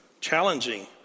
challenging